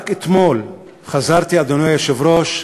רק אתמול חזרתי, אדוני היושב-ראש,